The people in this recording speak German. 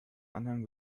anhang